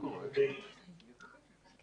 פקיד היערות האזורי הוא זה שצריך לבדוק.